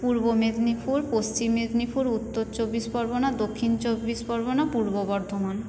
Purba Medinipur Paschim Medinipur Uttar Chabbish Pargana Dakshin Chabbish Pargana Purba Bardhaman